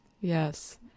Yes